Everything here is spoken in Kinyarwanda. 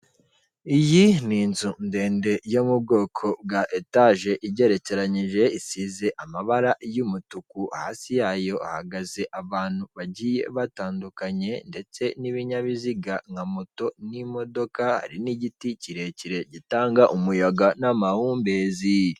Iyi ni inzu ndende yo mu bwoko bwa etaje igerekeranyije isize amabara y'umutuku, hasi yayo hahagaze abantu bagiye batandukanye ndetse n'ibinyabiziga nka moto n'imodoka hari n'igiti kirekire gitanga umuyaga n'amahumbezi.